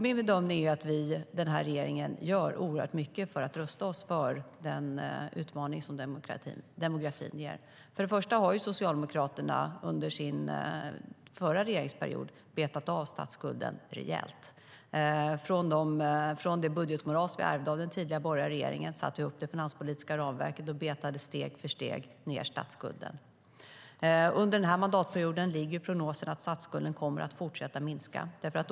Min bedömning är att den här regeringen gör mycket för att rusta oss för den utmaning som demografin ger. Först och främst har Socialdemokraterna under sin förra regeringsperiod betat av statsskulden rejält från det budgetmoras vi ärvde av den tidigare borgerliga regeringen. Vi satte upp det finanspolitiska ramverket och betade steg för steg av statsskulden. Under den här mandatperioden är prognosen att statsskulden kommer att fortsätta minska.